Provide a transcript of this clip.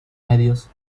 medios